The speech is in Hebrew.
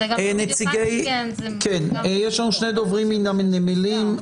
יש לנו שני דוברים מהנמלים.